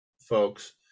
folks